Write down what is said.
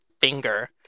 finger